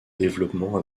développement